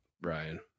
Brian